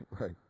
Right